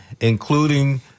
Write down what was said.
including